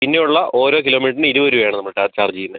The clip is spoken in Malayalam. പിന്നെ ഉള്ള ഓരോ കിലോമീറ്ററിന് ഇരുപത് രൂപയാണ് നമ്മള് കേട്ടോ ചാർജ് ചെയ്യുന്നത്